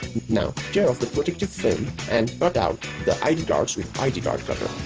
now tear of the protective film and cut out the id cards with id card cutter.